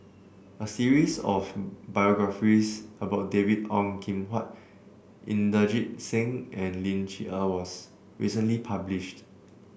a series of biographies about David Ong Kim Huat Inderjit Singh and Ling Cher Eng was recently published